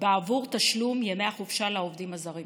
בעבור תשלום ימי החופשה לעובדים הזרים